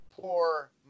poor